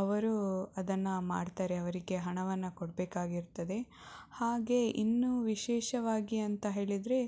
ಅವರು ಅದನ್ನು ಮಾಡ್ತಾರೆ ಅವರಿಗೆ ಹಣವನ್ನು ಕೊಡಬೇಕಾಗಿರ್ತದೆ ಹಾಗೆ ಇನ್ನೂ ವಿಶೇಷವಾಗಿ ಅಂತ ಹೇಳಿದರೆ